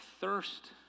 thirst